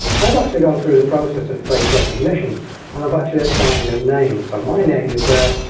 i've actually gone through the process of face recognition and i've actually assigned a name. so my name is there.